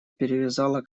перевязала